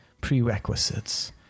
prerequisites